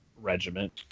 regiment